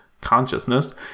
consciousness